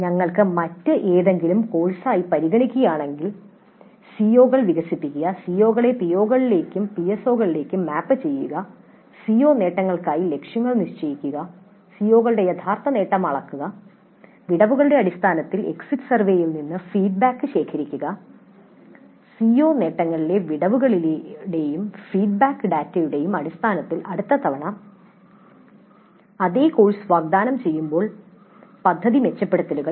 നിങ്ങൾ ഇത് മറ്റേതെങ്കിലും കോഴ്സായി പരിഗണിക്കുകയാണെങ്കിൽ സിഒകൾ വികസിപ്പിക്കുക സിഒകളെ പിഒകളിലേക്കും പിഎസ്ഒകളിലേക്കും മാപ്പ് ചെയ്യുക സിഒ നേട്ടങ്ങൾക്കായി ലക്ഷ്യങ്ങൾ നിശ്ചയിക്കുക സിഒകളുടെ യഥാർത്ഥ നേട്ടം അളക്കുക വിടവുകളുടെ അടിസ്ഥാനത്തിൽ എക്സിറ്റ് സർവേയിൽ നിന്ന് ഫീഡ്ബാക്ക് ശേഖരിക്കുക സിഒ നേട്ടങ്ങളിലെ വിടവുകളുടെയും ഫീഡ്ബാക്ക് ഡാറ്റയുടെയും അടിസ്ഥാനത്തിൽ അടുത്ത തവണ അതേ കോഴ്സ് വാഗ്ദാനം ചെയ്യുമ്പോൾ പദ്ധതി മെച്ചപ്പെടുത്തലുകൾ